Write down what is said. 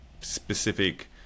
specific